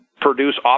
produce